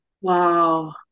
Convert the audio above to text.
Wow